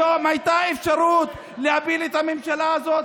היום הייתה אפשרות להפיל את הממשלה הזאת